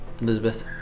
Elizabeth